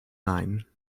nine